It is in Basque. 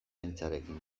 zaintzarekin